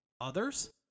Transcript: others